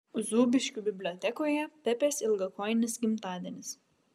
zūbiškių bibliotekoje pepės ilgakojinės gimtadienis